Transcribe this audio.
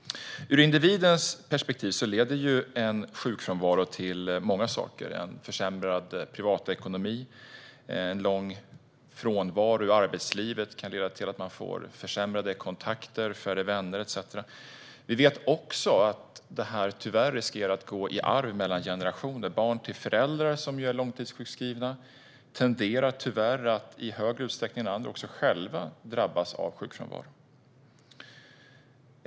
Ur individens perspektiv leder en sjukfrånvaro till försämrad privatekonomi, och en lång frånvaro från arbetslivet kan leda till att man får försämrade kontakter, färre vänner etcetera. Vi vet också att detta riskerar att gå i arv. Barn till föräldrar som är långtidssjukskrivna tenderar tyvärr att i högre utsträckning än andra drabbas av sjukfrånvaro.